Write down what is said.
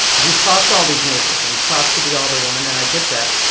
and he's talked to all these neighbors, and he's talked to the other woman, and i get that.